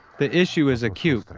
the issue is acute,